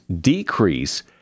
decrease